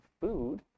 food